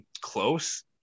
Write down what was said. close